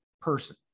person